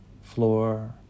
floor